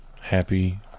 Happy